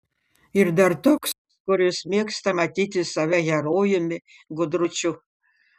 ir dar toks kuris mėgsta matyti save herojumi gudručiu